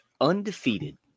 undefeated